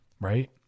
right